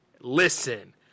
listen